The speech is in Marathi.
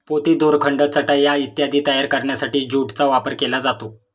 पोती, दोरखंड, चटया इत्यादी तयार करण्यासाठी ज्यूटचा वापर केला जातो